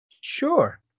sure